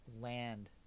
land